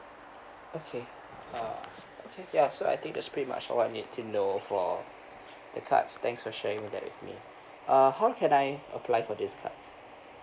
okay uh okay ya so I think that's pretty much all I need to know for the cards thanks for sharing all that with me err how can I apply for this cards